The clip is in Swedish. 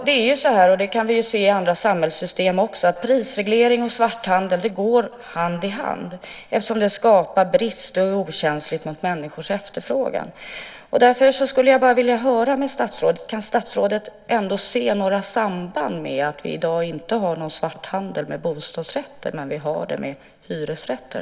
Det är ju så, vilket vi också kan se i andra samhällssystem, att prisreglering och svarthandel går hand i hand eftersom det skapar brist och är okänsligt för människors efterfrågan. Därför skulle jag vilja fråga: Kan statsrådet se några samband med att vi i dag inte har någon svarthandel med bostadsrätter men däremot med hyresrätter?